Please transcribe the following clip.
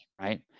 right